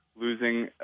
losing